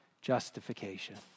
justification